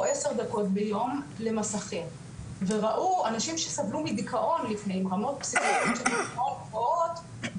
או עשר דקות ביום למסכים וראו אנשים שסבלו מדיכאון לפני